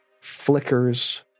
flickers